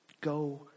Go